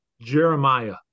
Jeremiah